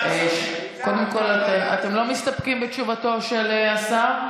קודם כול, אתם לא מסתפקים בתשובתו של השר?